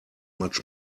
much